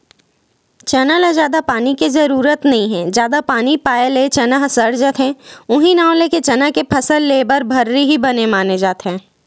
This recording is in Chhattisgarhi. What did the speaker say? चना ल जादा पानी के जरुरत नइ हे जादा पानी पाए ले चना ह सड़ जाथे उहीं नांव लेके चना के फसल लेए बर भर्री ही बने माने जाथे